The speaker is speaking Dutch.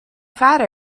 vader